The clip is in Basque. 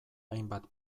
hainbat